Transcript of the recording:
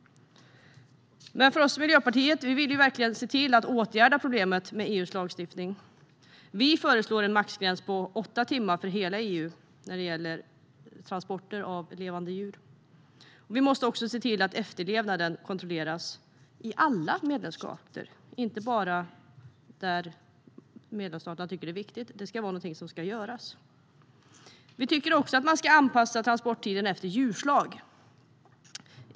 Vi i Miljöpartiet vill verkligen se till att åtgärda problemet med EU:s lagstiftning. Vi föreslår en maxgräns på åtta timmar för hela EU vad avser transporter av levande djur. Vi måste också se till att efterlevnaden kontrolleras i alla medlemsstater, inte bara där medlemsstaterna tycker att detta är viktigt. Det här ska vara något som måste göras. Vi tycker vidare att man ska anpassa transporttiden efter djurslag.